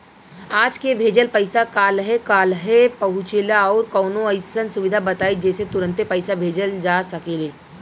आज के भेजल पैसा कालहे काहे पहुचेला और कौनों अइसन सुविधा बताई जेसे तुरंते पैसा भेजल जा सके?